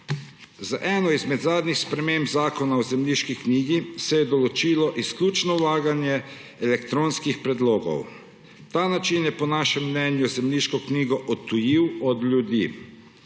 Z eno izmed zadnjih sprememb Zakona o zemljiški knjigi se je določilo izključno vlaganje elektronskih predlogov. Ta način je po našem mnenju zemljiško knjigo odtujil od ljudi.